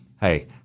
Hey